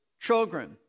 children